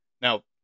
Now